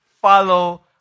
follow